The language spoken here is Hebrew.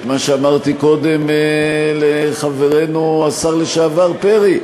את מה שאמרתי קודם לחברנו השר לשעבר פרי: